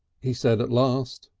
he said at last.